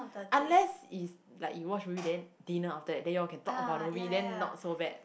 unless is like you watch movie then dinner after that then you'll can talk about the movie then not so bad